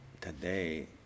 today